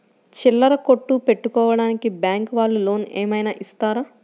చిల్లర కొట్టు పెట్టుకోడానికి బ్యాంకు వాళ్ళు లోన్ ఏమైనా ఇస్తారా?